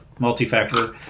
multi-factor